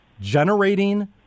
generating